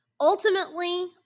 Ultimately